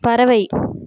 பறவை